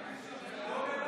לא מוותרים.